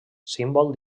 símbol